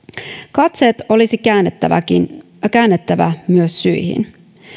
katseet olisi käännettävä myös syihin